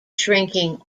shrinking